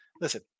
Listen